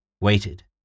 waited